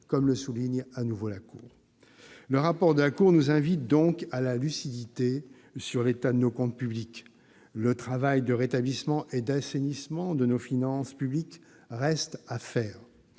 comme le souligne de nouveau la Cour. Le rapport de la Cour nous invite donc à la lucidité sur l'état de nos comptes publics : le travail de rétablissement et d'assainissement de nos finances publiques reste à faire.